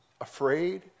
afraid